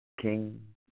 King